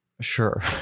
Sure